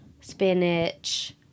spinach